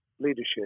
leadership